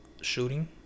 shooting